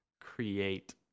Create